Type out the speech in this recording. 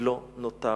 לא נותר מהם,